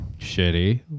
Shitty